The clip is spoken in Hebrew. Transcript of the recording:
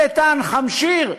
אין קשר,